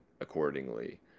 accordingly